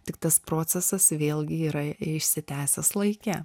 tik tas procesas vėlgi yra išsitęsęs laike